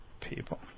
people